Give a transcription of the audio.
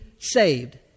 Saved